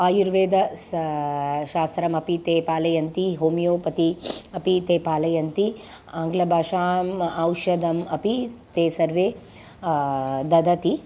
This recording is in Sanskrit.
आयुर्वेदशास्त्रमपि ते पालयन्ति होमियोपति अपि ते पालयन्ति आङ्ग्लभाषाम् औषधम् अपि ते सर्वे ददति